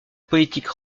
politique